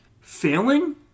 failing